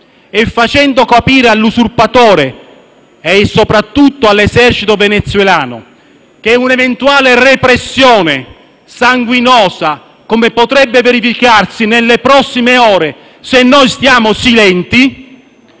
facendo capire all'usurpatore e, soprattutto all'esercito venezuelano, che un'eventuale repressione sanguinosa (come potrebbe verificarsi nelle prossime ore, se noi restassimo silenti)